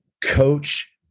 coach